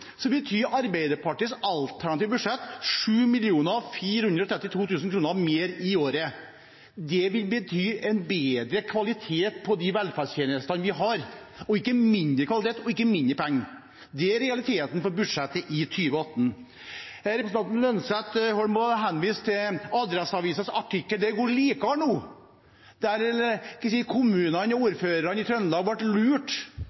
betyr Arbeiderpartiets alternative budsjett 7 432 000 kr mer i året. Det vil bety en bedre kvalitet på de velferdstjenestene vi har – ikke mindre kvalitet og ikke mindre penger. Det er realiteten i budsjettet for 2018. Representanten Holm Lønseth viste til Adresseavisens «Det går